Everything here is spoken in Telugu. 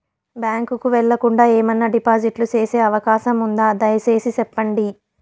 బ్యాంకు కు వెళ్లకుండా, ఏమన్నా డిపాజిట్లు సేసే అవకాశం ఉందా, దయసేసి సెప్పండి?